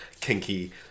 kinky